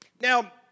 Now